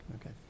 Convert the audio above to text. Okay